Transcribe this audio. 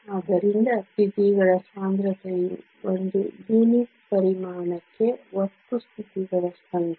ಆದ್ದರಿಂದ ಸ್ಥಿತಿಗಳ ಸಾಂದ್ರತೆಯು ಒಂದು ಯೂನಿಟ್ ಪರಿಮಾಣಕ್ಕೆ ಒಟ್ಟು ಸ್ಥಿತಿಗಳ ಸಂಖ್ಯೆ